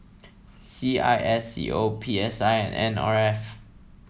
C I S C O P S I and N R F